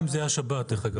יומיים זה היה שבת דרך אגב.